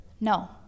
No